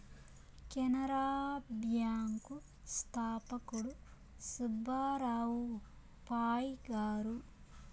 Canara bank స్థాపకుడు సుబ్బారావు పాయ్ గారు